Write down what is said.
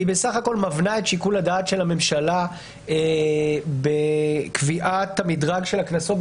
היא בסך הכול מבנה את שיקול הדעת של הממשלה בקביעת המדרג של הקנסות,